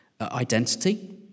identity